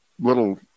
little